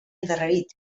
endarrerit